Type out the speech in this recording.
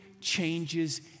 changes